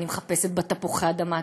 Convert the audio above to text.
אני מחפשת בתפוחי אדמה,